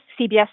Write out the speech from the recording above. CBS